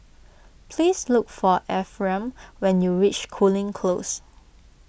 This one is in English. please look for Ephriam when you reach Cooling Close